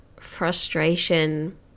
frustration